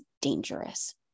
dangerous